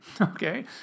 Okay